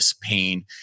pain